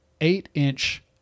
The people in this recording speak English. eight-inch